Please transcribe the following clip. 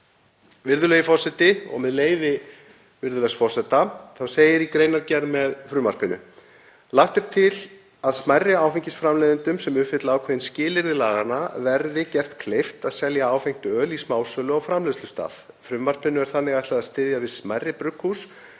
Virðulegi forseti, og með leyfi virðulegs forseta, segir í greinargerð með frumvarpinu: „Lagt er til að smærri áfengisframleiðendum, sem uppfylla ákveðin skilyrði laganna, verði gert kleift að selja áfengt öl í smásölu á framleiðslustað. Frumvarpinu er þannig ætlað að styðja við smærri brugghús,